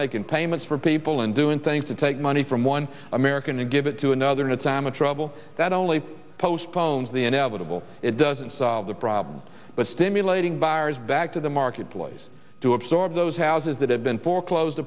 making payments for people and doing things to take money from one american to give it to another and it's am a trouble that only postpones the inevitable it doesn't solve the problem but stimulating buyers back to the marketplace to absorb those houses that have been foreclosed